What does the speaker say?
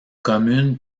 commune